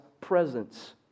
presence